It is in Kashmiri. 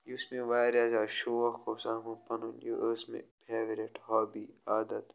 یُس مےٚ واریاہ زیادٕ شوق اوس آمُت پَنُن یہِ ٲس مےٚ فیورِٹ ہابی عادَت